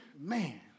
man